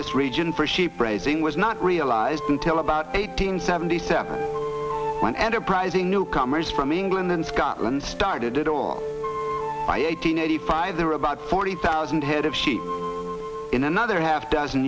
this region for sheep raising was not realized until about eight hundred seventy seven when enterprising newcomers from england and scotland started it all by eight hundred eighty five there were about forty thousand head of sheep in another half dozen